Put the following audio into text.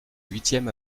huitième